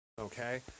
Okay